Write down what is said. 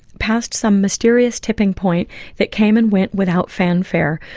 past some mysterious tipping point that came and went without fanfare,